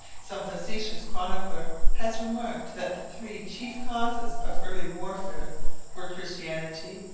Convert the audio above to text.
some facetious chronicler has remarked that the three chief causes of early warfare were christianity,